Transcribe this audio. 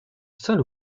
saint